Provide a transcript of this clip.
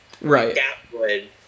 Right